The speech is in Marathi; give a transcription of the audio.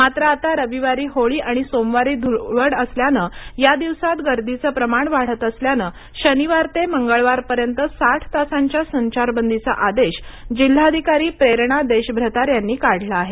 मात्र आता रविवारी होळी आणि सोमवारी धूळवड असल्याने या दिवसात गर्दीचे प्रमाण वाढत असल्याने शनिवार ते मंगळवारपर्यंत साठ तासांच्या संचारबंदीचा आदेश जिल्हाधिकारी प्रेरणा देशभ्रतार यांनी काढला आहे